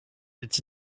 its